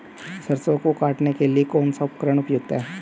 सरसों को काटने के लिये कौन सा उपकरण उपयुक्त है?